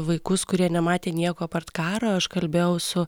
vaikus kurie nematė nieko apart karo aš kalbėjau su